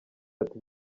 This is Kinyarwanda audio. ati